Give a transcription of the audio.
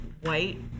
white